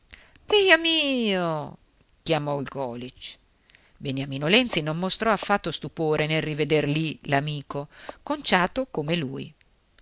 puntuale beiamìo chiamò il golisch beniamino lenzi non mostrò affatto stupore nel riveder lì l'amico conciato come lui